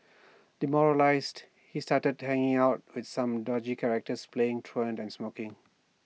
demoralised he started hanging out with some dodgy characters playing truant and smoking